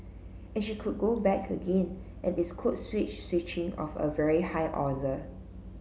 and she could go back again and it's code switch switching of a very high order